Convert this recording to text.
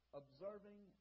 observing